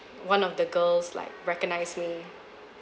one of the girls like recognize me